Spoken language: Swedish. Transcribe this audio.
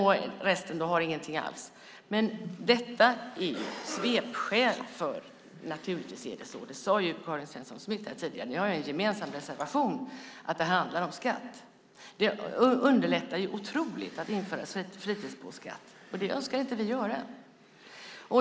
Resten har ingenting alls. Men detta är ett svepskäl - naturligtvis är det så. Karin Svensson Smith sade här tidigare - och ni har ju en gemensam reservation - att det handlar om skatt, att det underlättar otroligt att införa en fritidsbåtskatt. Men det önskar vi inte göra.